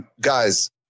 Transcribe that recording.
guys